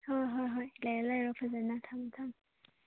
ꯍꯣꯏ ꯍꯣꯏ ꯍꯣꯏ ꯂꯩꯔꯣ ꯂꯩꯔꯣ ꯐꯖꯅ ꯊꯝꯃꯦ ꯊꯝꯃꯦ